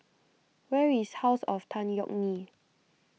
where is House of Tan Yeok Nee